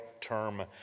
term